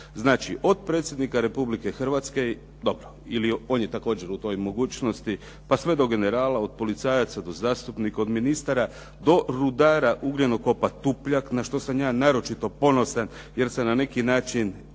Znači od predsjednika Republike Hrvatske, dobro ili on je također u toj mogućnosti, pa sve do generala, od policajaca do zastupnika, od ministara do rudara ugljenokopa tupljak na što sam ja naročito ponosan jer sam na neki način